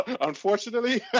Unfortunately